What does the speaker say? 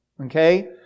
okay